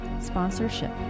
sponsorship